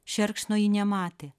šerkšno ji nematė